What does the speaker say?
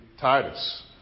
Titus